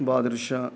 badusha